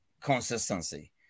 consistency